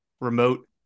remote